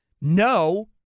No